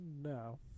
No